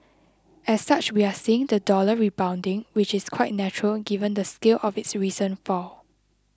as such we are seeing the dollar rebounding which is quite natural given the scale of its recent fall